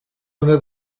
una